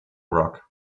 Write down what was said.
rock